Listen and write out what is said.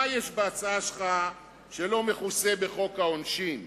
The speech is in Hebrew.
מה יש בהצעה שלך שלא מכוסה בחוק העונשין?